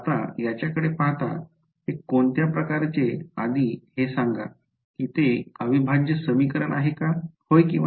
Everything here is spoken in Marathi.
आता याच्याकडे पाहता हे कोणत्या प्रकारचे आधी हे सांगा की ते अविभाज्य समीकरण आहे का होय किंवा नाही